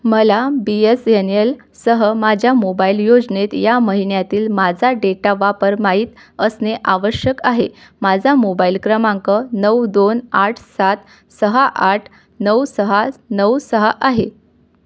मला B S N एलसह माझ्या मोबाईल योजनेत या महिन्यातील माझा डेटा वापर माहीत असणे आवश्यक आहे माझा मोबाईल क्रमांक नऊ दोन आठ सात सहा आठ नऊ सहा नऊ सहा आहे